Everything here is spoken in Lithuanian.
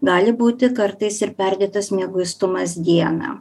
gali būti kartais ir perdėtas mieguistumas dieną